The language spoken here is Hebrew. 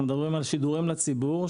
אנחנו מדברים על שידורים לציבור,